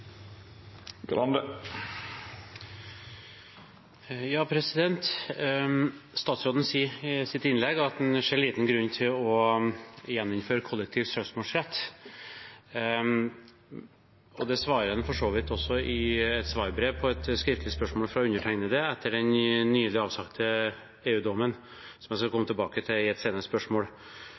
Statsråden sier i sitt innlegg at han ser liten grunn til å gjeninnføre kollektiv søksmålsrett. Det svarer han for så vidt også i et svarbrev på et skriftlig spørsmål fra undertegnede, etter den nylig avsagte EU-dommen, som jeg skal komme tilbake til i et senere spørsmål.